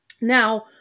Now